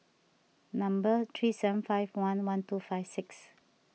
number three seven five one one two five six